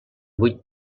vuit